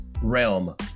realm